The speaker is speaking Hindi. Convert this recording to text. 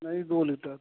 नही दो लीटर